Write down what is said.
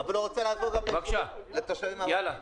אבל הוא רוצה לעזור גם לתושבים הערבים.